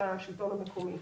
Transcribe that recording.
אלא השלטון המקומי.